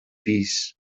fills